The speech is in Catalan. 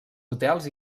hotels